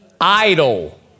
idle